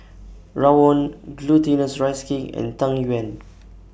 Rawon Glutinous Rice Cake and Tang Yuen